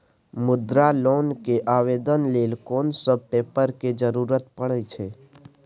मुद्रा लोन के आवेदन लेल कोन सब पेपर के जरूरत परै छै?